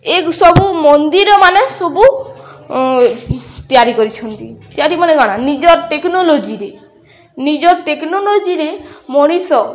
ଏ ସବୁ ମନ୍ଦିର ମାନେ ସବୁ ତିଆରି କରିଛନ୍ତି ତିଆରି ମାନେ କାଣା ନିଜ ଟେକ୍ନୋଲୋଜିରେ ନିଜ ଟେକ୍ନୋଲୋଜିରେ ମଣିଷ